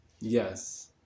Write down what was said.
Yes